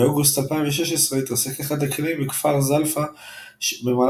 באוגוסט 2016 התרסק אחד הכלים בכפר זלפה במהלך